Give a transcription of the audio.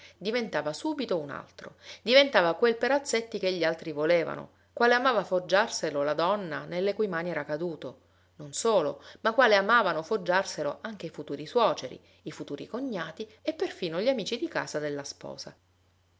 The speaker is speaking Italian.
diventava subito un altro diventava quel perazzetti che gli altri volevano quale amava foggiarselo la donna nelle cui mani era caduto non solo ma quale amavano foggiarselo anche i futuri suoceri i futuri cognati e perfino gli amici di casa della sposa